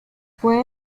fue